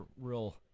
real